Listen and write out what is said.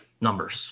numbers